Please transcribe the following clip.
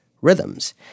rhythms